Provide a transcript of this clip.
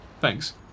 Thanks